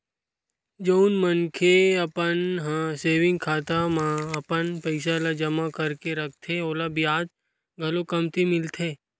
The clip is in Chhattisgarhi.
जउन मनखे मन ह सेविंग खाता म अपन पइसा ल जमा करके रखथे ओला बियाज घलो कमती मिलथे